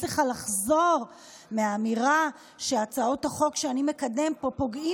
לך לחזור מהאמירה שהצעות החוק שאני מקדם פה פוגעות